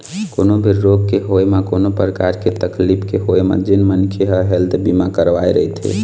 कोनो भी रोग के होय म कोनो परकार के तकलीफ के होय म जेन मनखे ह हेल्थ बीमा करवाय रथे